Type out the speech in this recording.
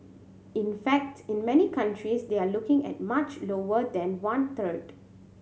in fact in many countries they are looking at much lower than one third